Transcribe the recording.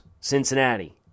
Cincinnati